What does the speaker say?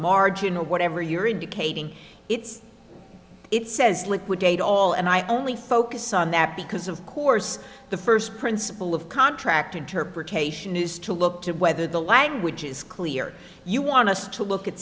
margin or whatever you're indicating it's it says liquidate all and i only focus on that because of course the first principle of contract interpretation is to look to whether the language is clear you want us to look at